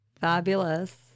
Fabulous